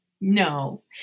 No